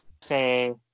say